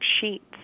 sheets